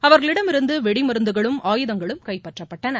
அவர்களிடமிருந்து வெடிமருந்துகளும் ஆயுதங்களும் கைப்பற்றபட்டன